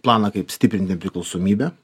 planą kaip stiprint nepriklausomybę